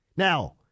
Now